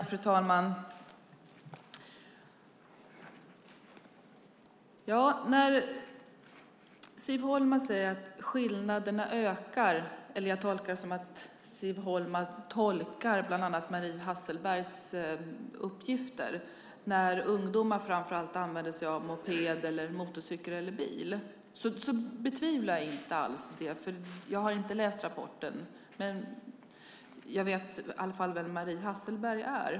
Fru talman! När Siv Holma säger att skillnaderna ökar bland ungdomar som kör moped, motorcykel eller bil - jag tolkar det som att Siv Holma tolkar Marie Hasselbergs uppgifter så - betvivlar jag det inte alls. Jag har inte läst rapporten, men jag vet i alla fall vem Marie Hasselberg är.